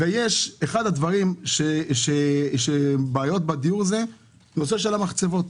אחת הבעיות בדיור היא הנושא של המחצבות,